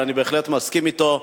אבל אני בהחלט מסכים אתו.